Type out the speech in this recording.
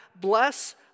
bless